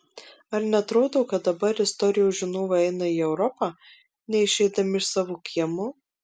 ar neatrodo kad dabar istorijos žinovai eina į europą neišeidami iš savo kiemo